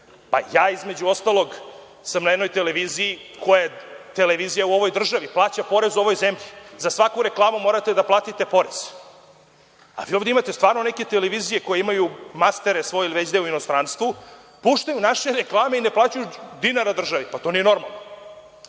Pa ja, između ostalog, sam na jednoj televiziji koja je televizija u ovoj državi, plaća porez ovoj zemlji, za svaku reklamu morate da platite porez, a vi ovde imate stvarno neke televizije koje imaju mastere svoje ili već gde u inostranstvu, puštaju naše reklame i ne plaćaju dinara državi. Pa to nije normalno. Pravo